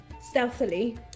stealthily